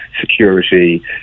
security